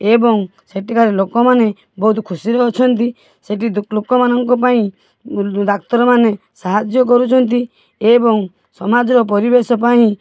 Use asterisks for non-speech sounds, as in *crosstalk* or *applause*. ଏବଂ ସେଠିକାର ଲୋକମାନେ ବହୁତ ଖୁସିରେ ଅଛନ୍ତି ସେଠି *unintelligible* ଲୋକମାନଙ୍କ ପାଇଁ ଡାକ୍ତର ମାନେ ସାହାଯ୍ୟ କରୁଛନ୍ତି ଏବଂ ସମାଜର ପରିବେଶ ପାଇଁ